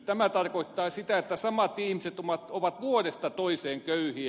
tämä tarkoittaa sitä että samat ihmiset ovat vuodesta toiseen köyhiä